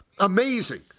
Amazing